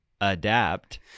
adapt